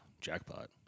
jackpot